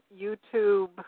YouTube